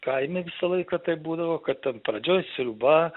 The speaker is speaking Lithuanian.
kaime visą laiką taip būdavo kad ten pradžioj sriuba